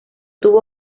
tuvo